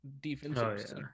defensive